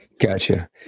Gotcha